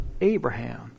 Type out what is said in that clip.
Abraham